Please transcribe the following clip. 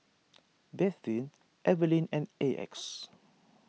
Bethzy Eveline and Exa